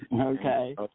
Okay